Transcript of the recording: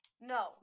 No